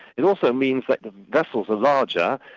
it also means that the vessels are larger,